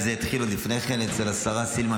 וזה התחיל עוד לפני כן אצל השרה סילמן